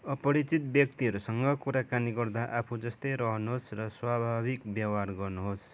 अपरिचित व्यक्तिहरूसँग कुराकानी गर्दा आफूजस्तै रहनुहोस् र स्वाभाविक व्यवहार गर्नुहोस्